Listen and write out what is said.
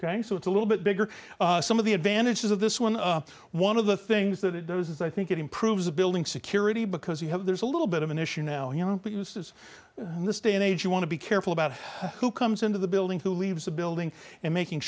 ok so it's a little bit bigger some of the advantages of this one one of the things that it does is i think it improves the building security because you have there's a little bit of an issue now you don't use is in this day and age you want to be careful about who comes into the building who leaves the building and making